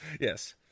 Yes